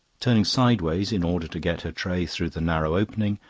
turning sideways in order to get her tray through the narrow opening,